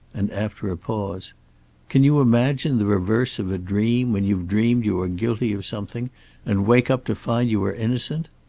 and after a pause can you imagine the reverse of a dream when you've dreamed you are guilty of something and wake up to find you are innocent?